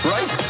Right